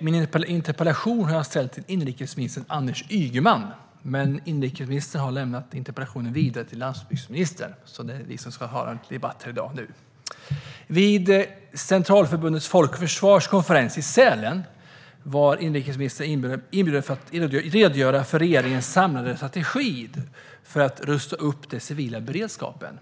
Min interpellation har jag ställt till inrikesminister Anders Ygeman, men inrikesministern har lämnat interpellationen vidare till landsbygdsministern. Det är vi som ska ha denna debatt här i dag. Vid Centralförbundet Folk och Försvars konferens i Sälen var inrikesministern inbjuden för att redogöra för regeringens samlade strategi för att rusta upp den civila beredskapen.